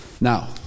Now